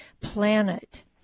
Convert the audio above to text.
planet